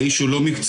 והאיש לא מקצועי.